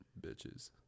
Bitches